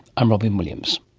i'm robyn williams